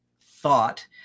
thought